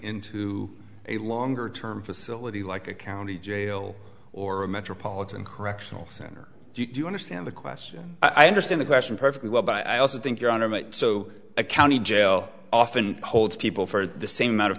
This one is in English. into a longer term facility like a county jail or a metropolitan correctional center do you understand the question i understand the question perfectly well but i also think your honor may so a county jail often holds people for the same amount of